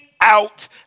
out